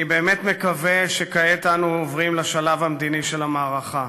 אני באמת מקווה שכעת אנו עוברים לשלב המדיני של המערכה,